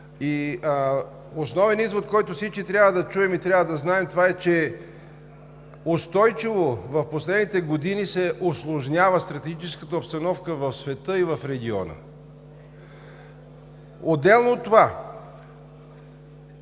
Основният извод, който всички трябва да чуем и трябва да знаем, е, че в последните години устойчиво се усложнява стратегическата обстановка в света и в региона. Отделно от това